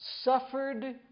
suffered